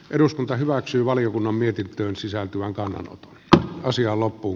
eduskunta hyväksyy valiokunnan mietintöön sisältyvän kannanotto asia loppuun